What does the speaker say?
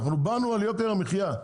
אנחנו באנו על יוקר המחיה,